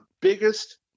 biggest